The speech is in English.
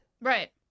Right